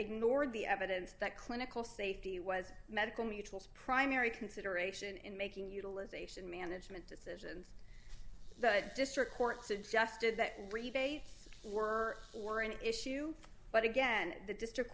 ignored the evidence that clinical safety was medical mutual's primary consideration in making utilization management decisions but district court suggested that rebates were for an issue but again the district